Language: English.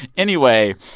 anyway,